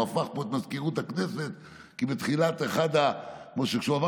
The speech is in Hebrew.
הוא הפך פה את מזכירות הכנסת כי כשהוא עבר